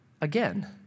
again